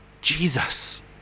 Jesus